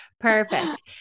perfect